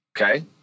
Okay